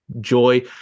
joy